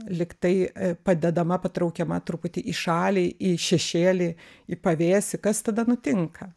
lygtai padedama patraukiama truputį į šalį į šešėlį į pavėsį kas tada nutinka